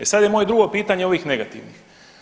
E sad je moje drugo pitanje ovih negativnih.